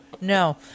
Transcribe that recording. No